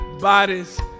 bodies